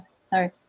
sorry